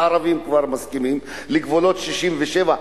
הערבים כבר מסכימים לגבולות 67',